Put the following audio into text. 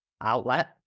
outlet